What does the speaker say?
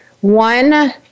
One